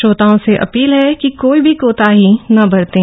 श्रोताओं से अपील है कि कोई भी कोताहीन बरतें